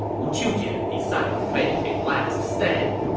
wu qiujian decided to make a last stand.